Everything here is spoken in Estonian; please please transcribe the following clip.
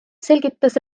selgitas